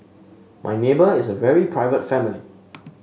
my neighbour is a very private family